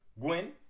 Gwen